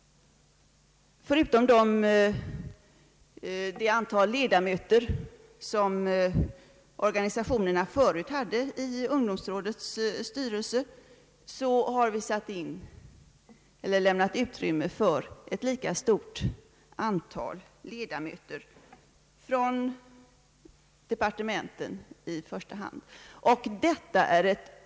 Förutom det antal ledamöter som organisationerna förut hade i ungdomsrådets styrelse har vi lämnat utrymme för ett lika stort antal ledamöter, i första hand från departementen.